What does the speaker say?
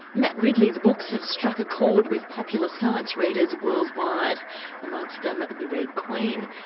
matt ridley's books have struck a chord with popular science readers worldwide amongst them the red queen,